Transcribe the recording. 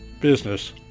business